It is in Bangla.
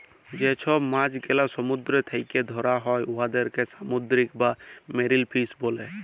যে ছব মাছ গেলা সমুদ্দুর থ্যাকে ধ্যরা হ্যয় উয়াদেরকে সামুদ্দিরিক বা মেরিল ফিস ব্যলে